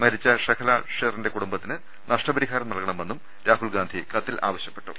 മരിച്ച ഷെഹല ഷെറിന്റെ കുടുംബത്തിന് നഷ്ടപരിഹാരം നൽകണമെന്നും രാഹുൽ ഗാന്ധി കത്തിൽ ആവ ശ്യപ്പെട്ടു